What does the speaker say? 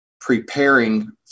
preparing